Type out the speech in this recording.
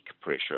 pressure